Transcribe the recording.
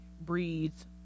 breeds